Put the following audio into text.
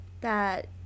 that-